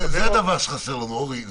זה הדבר שחסר לנו פה, אורי.